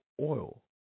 oil